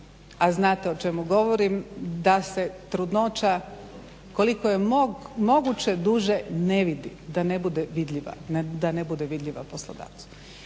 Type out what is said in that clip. a znate o čemu govorim da se trudnoća koliko je moguće duže ne vidi, da ne bude vidljiva, da